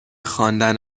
خواندن